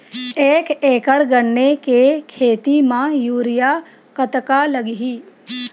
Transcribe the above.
एक एकड़ गन्ने के खेती म यूरिया कतका लगही?